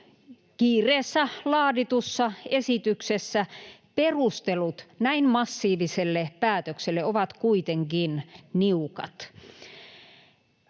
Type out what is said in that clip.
kiireessä laaditussa esityksessä perustelut näin massiiviselle päätökselle ovat kuitenkin niukat.